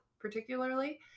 particularly